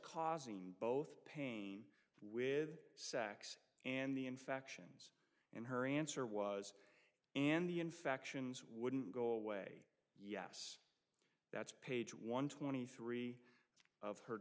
causing both pain with sex and the infections and her answer was and the infections wouldn't go away yes that's page one twenty three of her